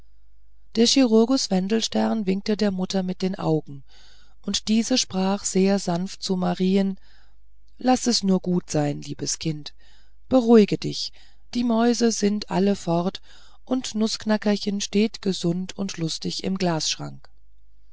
der chirurgus wendelstern winkte der mutter mit den augen und diese sprach sehr sanft zu marien laß es nur gut sein mein liebes kind beruhige dich die mäuse sind alle fort und nußknackerchen steht gesund und lustig im glasschrank